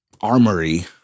Armory